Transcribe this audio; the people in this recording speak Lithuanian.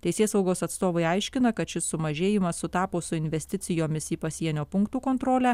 teisėsaugos atstovai aiškina kad šis sumažėjimas sutapo su investicijomis į pasienio punktų kontrolę